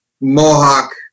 mohawk